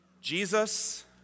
Jesus